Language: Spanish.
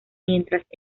mientras